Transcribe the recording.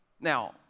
Now